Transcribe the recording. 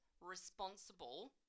responsible